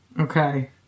Okay